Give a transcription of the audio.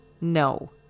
No